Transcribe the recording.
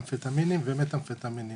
אמפטמינים ו-מת' אמפטמינים.